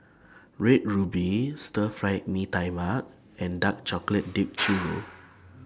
Red Ruby Stir Fried Mee Tai Mak and Dark Chocolate Dipped Churro